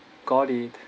got it